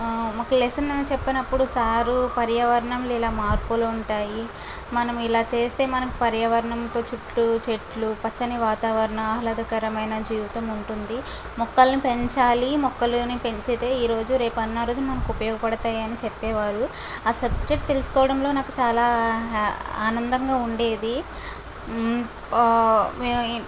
ఒక లెసన్ చెప్పినప్పుడు సారు పర్యావరణంలో ఇలా మార్పులు ఉంటాయి మనం ఇలా చేస్తే మనకు పర్యావరణంతో చుట్టూ చెట్లు పచ్చని వాతావరణ ఆహ్లాదకరమైన జీవితం ఉంటుంది మొక్కలని పెంచాలి మొక్కలని పెంచితే ఈరోజు రేపు అన్న రోజు మనకు ఉపయోగపడతాయి అని చెప్పేవారు ఆ సబ్జెక్ట్ తెలుసుకోవడంలో నాకు చాలా ఆనందంగా ఉండేది